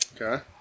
Okay